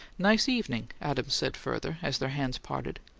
nice evening, adams said further, as their hands parted.